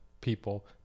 people